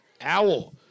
Owl